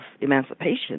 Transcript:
emancipation